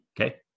Okay